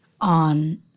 on